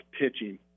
pitching